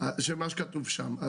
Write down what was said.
שכתוב שם.